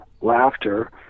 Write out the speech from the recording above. laughter